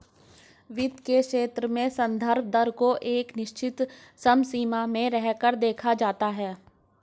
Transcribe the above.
वित्त के क्षेत्र में संदर्भ दर को एक निश्चित समसीमा में रहकर देखा जाता है